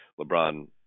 LeBron